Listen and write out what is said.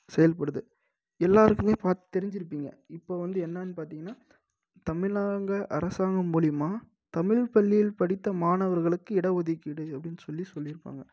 செயல்படுது எல்லாருக்குமே பாத் தெரிஞ்சிருப்பீங்க இப்போ வந்து என்னான்னு பார்த்திங்கனா தமிழக அரசாங்க மூலியமாக தமிழ் பள்ளியில் படித்த மாணவர்களுக்கு இட ஒதுக்கீடு அப்படின்னு சொல்லி சொல்லியிருப்பாங்க